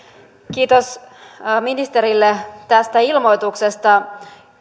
kiitos ministerille tästä ilmoituksesta